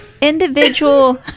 individual